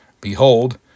Behold